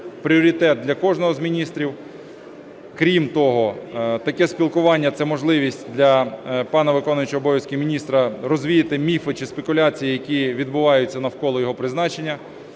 пріоритет для кожного з міністрів. Крім того, таке спілкування – це можливість для пана виконуючого обов'язки міністра розвіяти міфи чи спекуляції, які відбуваються навколо його призначення.